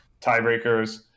tiebreakers